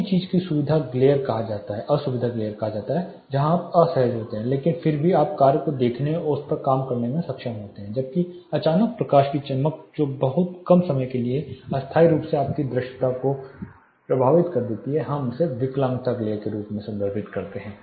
पहली चीज को असुविधा ग्लेर कहा जाता है जहां आप असहज होते हैं लेकिन फिर भी आप कार्य को देखने और उस पर काम करने में सक्षम होते हैं जबकि अचानक प्रकाश की चमक जो बहुत कम समय के लिए अस्थायी रूप से आपकी दृश्यता को प्रभावित करती है जिसे हम विकलांगता ग्लेर के रूप में संदर्भित करते हैं